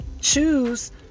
choose